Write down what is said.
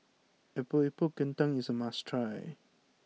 Epok Epok Kentang is must try